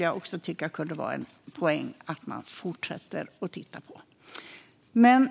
Jag tycker att det skulle vara en poäng att man fortsätter att titta på det här.